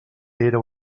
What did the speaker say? era